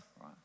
right